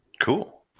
Cool